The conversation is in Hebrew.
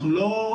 אנחנו לא,